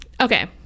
Okay